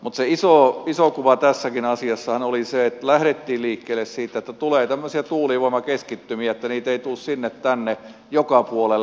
mutta se iso kuva tässäkin asiassa oli se että lähdettiin liikkeelle siitä että tulee tämmöisiä tuulivoimakeskittymiä niitä ei tule sinne tänne joka puolelle